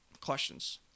questions